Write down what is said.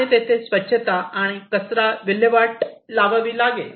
आणि तेथे स्वच्छता आणि कचरा विल्हेवाट लावावी लागेल